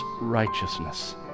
righteousness